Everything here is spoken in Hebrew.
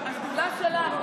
השדולה שלנו,